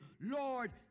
Lord